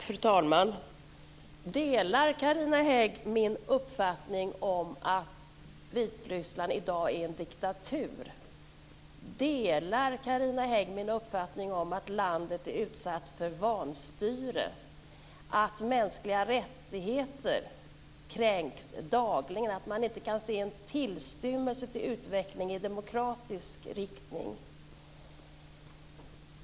Fru talman! Delar Carina Hägg min uppfattning att Vitryssland i dag är en diktatur? Delar Carina Hägg min uppfattning att landet är utsatt för vanstyre, att mänskliga rättigheter dagligen kränks och att man inte kan se en tillstymmelse till utveckling i demokratisk riktning?